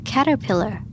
Caterpillar